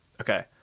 Okay